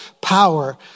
power